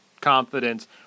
confidence